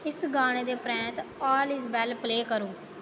इस गाने दे परैंत्त आल इज वैल प्ले करो